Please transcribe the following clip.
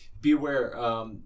beware